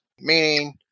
Meaning